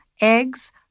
eggs